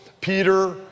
Peter